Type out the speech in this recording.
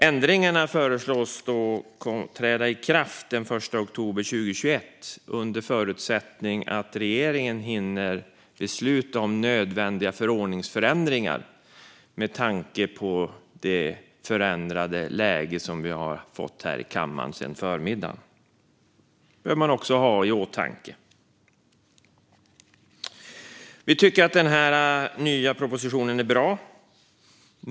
Ändringarna föreslås träda i kraft den 1 oktober 2021, under förutsättning att regeringen hinner besluta om nödvändiga förordningsförändringar med tanke på det förändrade läge som vi fick här i kammaren i förmiddags. Det bör man också ha i åtanke. Vi tycker att den nya propositionen är bra.